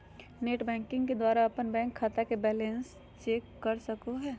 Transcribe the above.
net banking के द्वारा अपन बैंक खाता के बैलेंस चेक कर सको हो